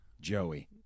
Joey